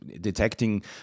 detecting